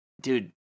dude